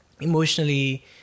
emotionally